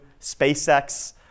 SpaceX